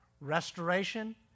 Restoration